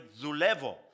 zulevo